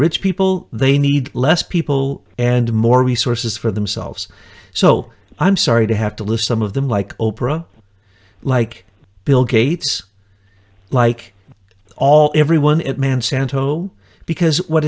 rich people they need less people and more resources for themselves so i'm sorry to have to list some of them like oprah like bill gates like all everyone at man santo because what